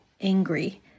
angry